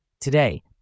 Today